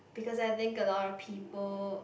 because I think a lot of people